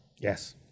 Yes